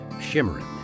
shimmering